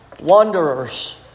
wanderers